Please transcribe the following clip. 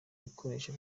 bikoresho